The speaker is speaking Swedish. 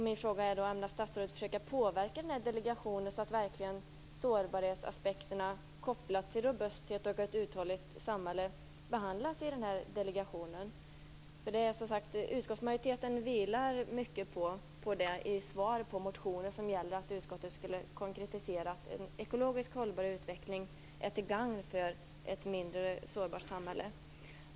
Ämnar statsrådet försöka påverka delegationen så att sårbarhetsaspekterna, kopplat till robusthet och ett uthålligt samhälle, verkligen behandlas av delegationen? Utskottsmajoriteten vilar som sagt mycket på detta i sitt svar på motioner om att utskottet skulle konkretisera att en ekologiskt hållbar utveckling är till gagn när det gäller att få ett mindre sårbart samhälle.